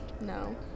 No